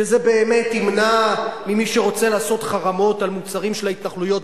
שזה באמת ימנע ממי שרוצה לעשות חרמות על מוצרים של ההתנחלויות,